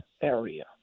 area